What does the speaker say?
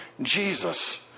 Jesus